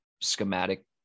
schematic